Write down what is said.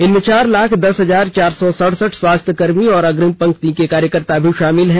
इनमें चार लाख दस हजार चार सौ सड़सठ स्वास्थ्य कर्मी और अग्रिम पंक्ति के कार्यकर्ता शामिल हैं